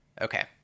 Okay